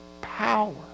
power